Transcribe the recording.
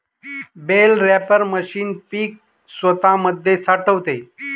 bell wrapper machine पीक स्वतामध्ये साठवते